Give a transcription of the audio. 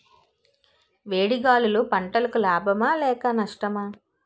వేడి గాలులు పంటలకు లాభమా లేక నష్టమా?